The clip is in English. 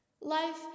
Life